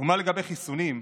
ומה לגבי חיסונים?